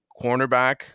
cornerback